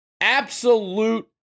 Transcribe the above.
absolute